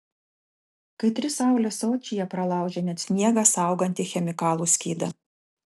kaitri saulė sočyje pralaužia net sniegą saugantį chemikalų skydą